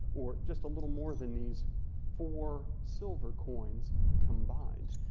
or just a little more than these four silver coins combined,